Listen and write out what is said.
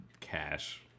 cash